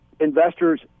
investors